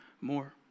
more